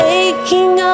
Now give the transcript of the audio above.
aching